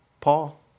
Paul